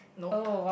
nope